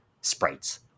sprites